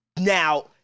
Now